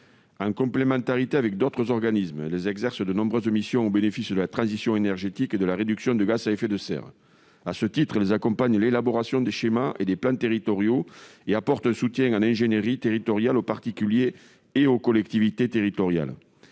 En complémentarité avec d'autres organismes, elles exercent de nombreuses missions en faveur de la transition énergétique et de la réduction des émissions de gaz à effet de serre. À ce titre, elles accompagnent l'élaboration des schémas et des plans territoriaux et apportent un soutien en ingénierie territoriale aux particuliers et aux collectivités territoriales.